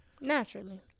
Naturally